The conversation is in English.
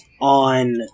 on